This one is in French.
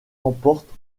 remporte